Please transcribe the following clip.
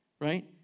right